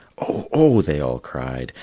oh, oh! they all cried,